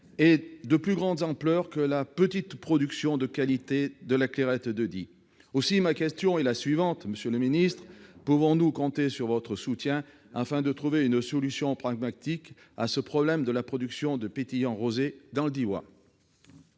et de plus grande ampleur que la petite production de qualité de la Clairette de Die. Aussi, ma question est la suivante : monsieur le ministre, pouvons-nous compter sur votre soutien afin de trouver une solution pragmatique à ce problème de la production de pétillant rosé dans le Diois ?